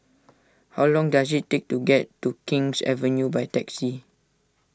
how long does it take to get to King's Avenue by taxi